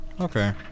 okay